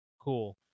cool